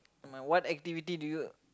nevermind what activity do you